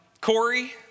Corey